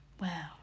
wow